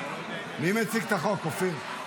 מי מציג את החוק, אופיר?